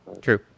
True